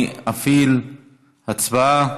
אני אפעיל הצבעה.